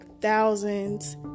thousands